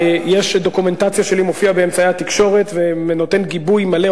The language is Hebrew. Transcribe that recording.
יש דוקומנטציה שלי מופיע באמצעי התקשורת ונותן גיבוי מלא.